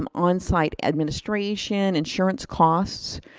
um on site administration, insurance costs.